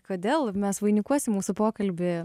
kodėl mes vainikuosim mūsų pokalbį